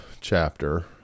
chapter